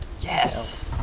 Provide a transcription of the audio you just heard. Yes